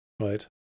Right